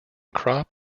crop